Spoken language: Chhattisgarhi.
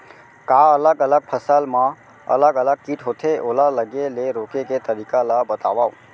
का अलग अलग फसल मा अलग अलग किट होथे, ओला लगे ले रोके के तरीका ला बतावव?